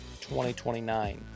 2029